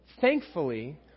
thankfully